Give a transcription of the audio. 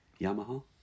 Yamaha